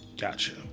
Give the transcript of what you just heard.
Gotcha